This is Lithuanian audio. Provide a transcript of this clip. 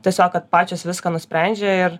tiesiog kad pačios viską nusprendžia ir